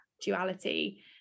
duality